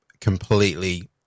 completely